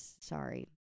sorry